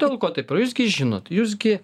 dėl ko taip o jūs gi žinot jūs gi